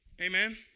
Amen